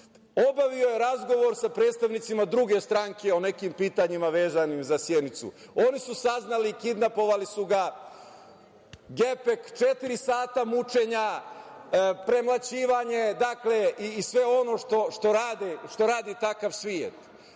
Obavio je razgovor sa predstavnicima druge stranke o nekim pitanjima vezanim za Sjenicu. Oni su saznali, kidnapovali su ga, gepek, četiri sata mučenja, premlaćivanje i sve ono što radi takav svet.